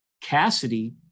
Cassidy